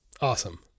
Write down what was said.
awesome